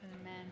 Amen